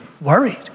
worried